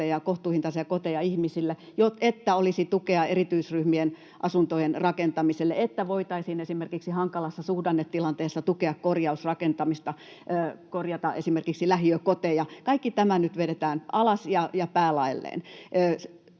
kohtuuhintaisia koteja ihmisille, että olisi tukea erityisryhmien asuntojen rakentamiselle, että voitaisiin esimerkiksi hankalassa suhdannetilanteessa tukea korjausrakentamista, korjata esimerkiksi lähiökoteja — kaikki tämä nyt vedetään alas ja päälaelleen.